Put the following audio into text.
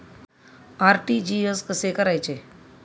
RTGS कसे करायचे?